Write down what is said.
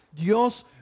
Dios